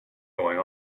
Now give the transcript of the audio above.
going